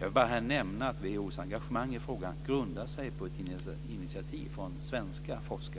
Jag vill här bara nämna att WHO:s engagemang i frågan grundar sig på ett initiativ från svenska forskare.